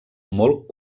molt